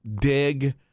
dig